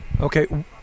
Okay